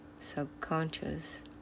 subconscious